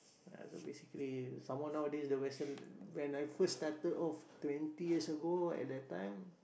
ya so basically some more nowadays the vessel when I first started off twenty years ago at that time